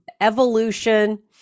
evolution